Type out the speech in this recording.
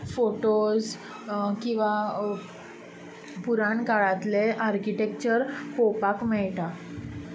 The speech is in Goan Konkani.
फोटोझ किंवा पुराण काळांतलें आर्किटेक्चर पळोवपाक मेळटा